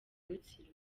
rutsiro